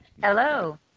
Hello